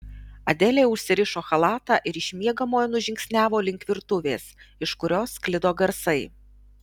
adelė užsirišo chalatą ir iš miegamojo nužingsniavo link virtuvės iš kurios sklido garsai